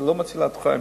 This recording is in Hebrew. לא מצילות חיים,